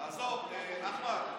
עזוב, אחמד.